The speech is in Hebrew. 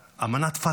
אמנת פת"ח,